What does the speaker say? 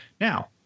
Now